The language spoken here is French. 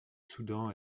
soudan